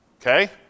Okay